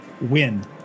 Win